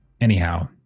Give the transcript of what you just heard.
Anyhow